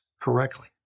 correctly